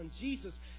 Jesus